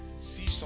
see